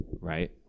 right